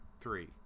Three